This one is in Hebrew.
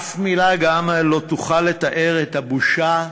אף מילה גם לא תוכל לתאר את הבושה,